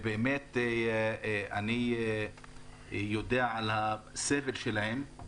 אני יודע על הסבל שלהם,